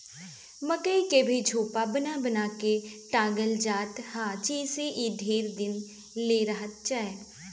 मकई के भी झोपा बना बना के टांगल जात ह जेसे इ ढेर दिन ले रहत जाए